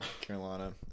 Carolina